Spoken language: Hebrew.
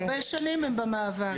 הרבה שנים הם במאבק.